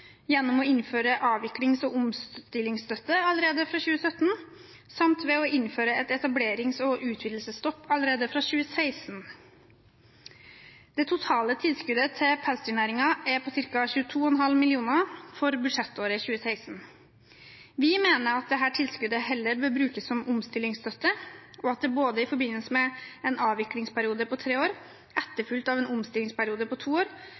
samt ved å innføre en etablerings- og utvidelsesstopp allerede fra 2016. Det totale tilskuddet til pelsdyrnæringen er på ca. 22,5 mill. kr for budsjettåret 2016. Vi mener at dette tilskuddet heller bør brukes som omstillingsstøtte, og at det i forbindelse med en avviklingsperiode på tre år, etterfulgt av en omstillingsperiode på to år,